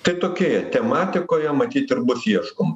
tai tokioje tematikoje matyt ir bus ieškom